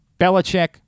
Belichick